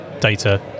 data